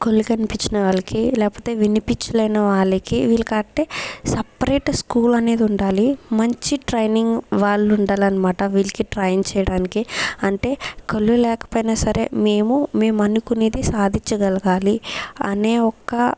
కళ్ళు కనిపించని వాళ్ళకి లేపోతే వినిపిచ్చలేని వాళ్ళకి వీళ్ళకట్టే సపరేట్ స్కూల్ అనేది ఉండాలి మంచి ట్రైనింగ్ వాళ్లుండాలన్మాట వీళ్ళకి ట్రైన్ చేయడానికి అంటే కళ్ళు లేకపోయినా సరే మేము మేము అనుకునేది సాధించగలగాలి అనే ఒక్క